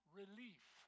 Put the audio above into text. relief